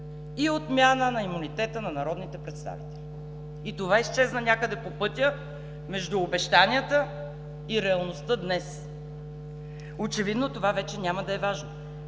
и отмяна на имунитета на народните представители. И това изчезна някъде по пътя между обещанията и реалността днес. Очевидно това вече няма да е важно,